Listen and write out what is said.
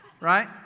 right